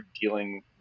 dealing